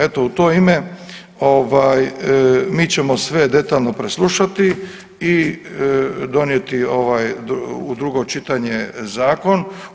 Eto, u to ime ovaj mi ćemo sve detaljno preslušati i donijeti ovaj u drugo čitanje zakon.